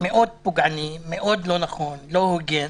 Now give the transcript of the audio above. מאוד פוגעני, מאוד לא נכון, לא הוגן